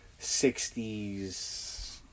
60s